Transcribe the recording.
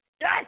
Yes